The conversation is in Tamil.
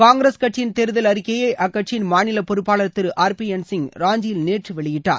காங்கிரஸ் கட்சியின் தேர்தல் அறிக்கையை அக்கட்சியின் மாநில பொறுப்பாளர் Thiru R P N Singh ராஞ்சியில் நேற்று வெளியிட்டார்